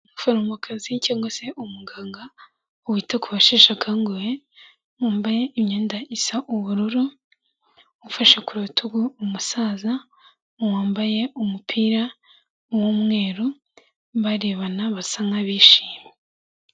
Umuforomokazi cyangwa se umuganga wita ku basheshe akanguhe, yambaye imyenda isa ubururu, ufashe ku rutugu umusaza wambaye umupira w'umweru, barebana basa nk'abishimye.